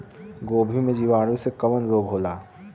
गोभी में जीवाणु से कवन रोग होला?